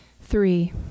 Three